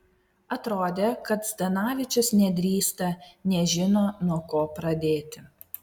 atrodė kad zdanavičius nedrįsta nežino nuo ko pradėti